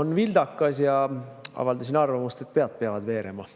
on vildakas, ma avaldasin arvamust, et pead peavad veerema.